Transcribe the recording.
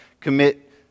commit